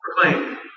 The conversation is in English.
Proclaim